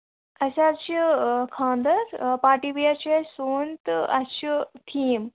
اَسہِ حظ چھُ خانٛدر پارٹی وِیر چھِ أسۍ سُوٕنۍ تہٕ اَسہِ چھُ تھیٖم